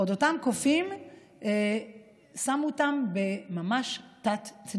עוד שמו את אותם קופים ממש בתת-תנאים.